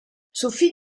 sophie